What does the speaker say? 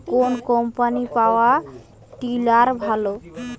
কোন কম্পানির power tiller ভালো?